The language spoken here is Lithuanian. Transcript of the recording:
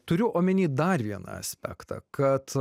turiu omenyj dar vieną aspektą kad